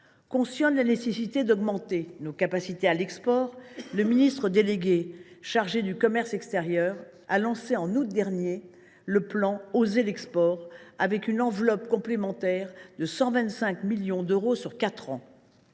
Conscient de la nécessité d’augmenter nos capacités à l’export, le ministre délégué chargé du commerce extérieur a lancé au mois d’août 2023, le plan Osez l’export avec une enveloppe de 125 millions d’euros sur quatre